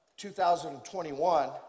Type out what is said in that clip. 2021